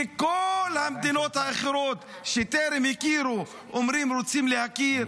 כל המדינות האחרות שטרם הכירו אומרות: אנחנו רוצים להכיר,